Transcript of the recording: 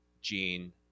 gene